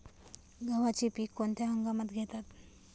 गव्हाचे पीक कोणत्या हंगामात घेतात?